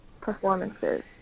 performances